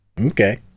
Okay